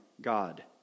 God